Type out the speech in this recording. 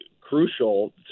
crucial